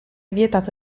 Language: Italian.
vietato